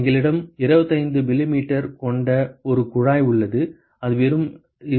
எங்களிடம் 25 மில்லிமீட்டர் கொண்ட ஒரு குழாய் உள்ளது அது வெறும் 2